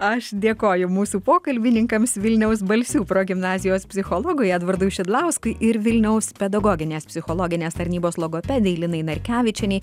aš dėkoju mūsų pokalbininkams vilniaus balsių progimnazijos psichologui edvardui šidlauskui ir vilniaus pedagoginės psichologinės tarnybos logopedei linai narkevičienei